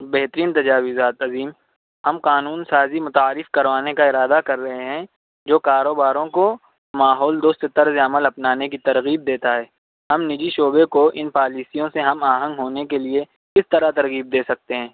بہترین تجاویزات عظیم ہم قانون سازی متعارف کروانے کا ارادہ کر رہے ہیں جو کاروباروں کو ماحول دوست طرز عمل اپنانے کی ترغیب دیتا ہے ہم نجی شعبے کو ان پالیسیوں سے ہم آہنگ ہونے کے لیے اس طرح ترغیب دے سکتے ہیں